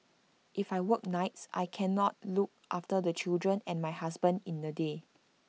if I work nights I cannot look after the children and my husband in the day